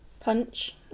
Punch